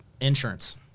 insurance